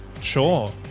Sure